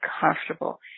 comfortable